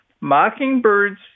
mockingbirds